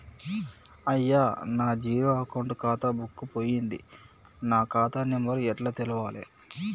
అయ్యా నా zero account ఖాతా బుక్కు పోయింది నా ఖాతా నెంబరు ఎట్ల తెలవాలే?